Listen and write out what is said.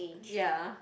ya